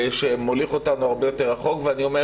שמוליך אותנו הרבה יותר רחוק ואני אומר